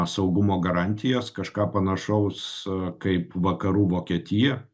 saugumo garantijas kažką panašaus kaip vakarų vokietija